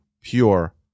pure